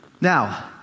Now